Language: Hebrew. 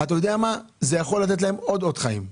זה יכול לתת להם עוד אות חיים.